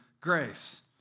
grace